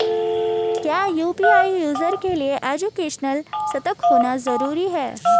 क्या UPI user के लिए एजुकेशनल सशक्त होना जरूरी है?